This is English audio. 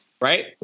right